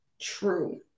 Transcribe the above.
true